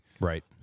Right